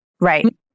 Right